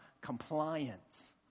Compliance